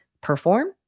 perform